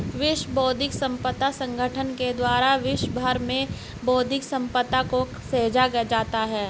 विश्व बौद्धिक संपदा संगठन के द्वारा विश्व भर में बौद्धिक सम्पदा को सहेजा जाता है